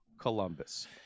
columbus